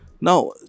Now